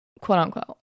quote-unquote